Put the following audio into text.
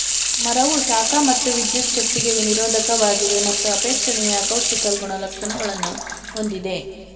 ಮರವು ಶಾಖ ಮತ್ತು ವಿದ್ಯುಚ್ಛಕ್ತಿಗೆ ನಿರೋಧಕವಾಗಿದೆ ಮತ್ತು ಅಪೇಕ್ಷಣೀಯ ಅಕೌಸ್ಟಿಕಲ್ ಗುಣಲಕ್ಷಣಗಳನ್ನು ಹೊಂದಿದೆ